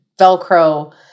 Velcro